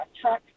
truck